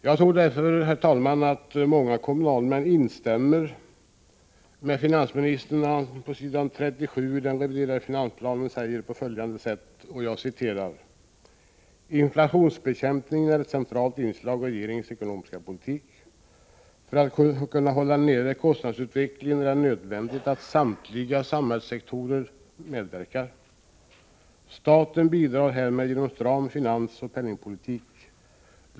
Jag tror därför, herr talman, att många kommunalmän instämmer med finansministern när han på s. 37 i den reviderade finansplanen säger på följande sätt: ”Inflationsbekämpningen är ett centralt inslag i regeringens ekonomiska politik. För att kunna hålla nere kostnadsutvecklingen är det nödvändigt att samtliga samhällssektorer medverkar. Staten bidrar härmed genom en stram finansoch penningpolitik.